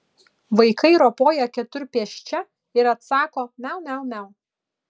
vaikai ropoja keturpėsčia ir atsako miau miau miau